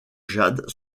jade